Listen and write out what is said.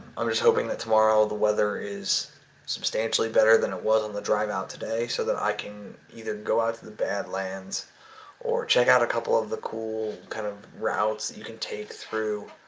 i'm just hoping that tomorrow the weather is substantially better than it was on the drive out today so that i can either go out to the badlands or check out a couple of the cool kind of routes that you can take through